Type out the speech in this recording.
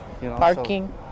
parking